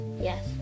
Yes